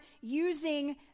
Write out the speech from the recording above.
using